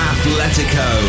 Atletico